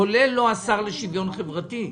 כולל לא השר לשוויון חברתי,